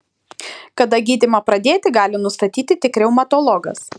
kada gydymą pradėti gali nustatyti tik reumatologas